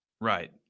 Right